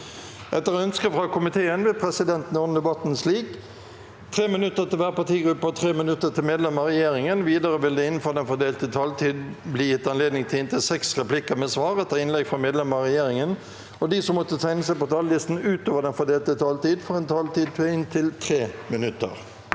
og sosialkomiteen vil presidenten ordne debatten slik: 3 minutter til hver partigruppe og 3 minutter til medlemmer av regjeringen. Videre vil det – innenfor den fordelte taletid – bli gitt anledning til inntil seks replikker med svar etter innlegg fra medlemmer av regjeringen, og de som måtte tegne seg på talerlisten utover den fordelte taletid, får også en taletid på inntil 3 minutter.